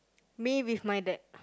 me with my dad